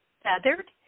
feathered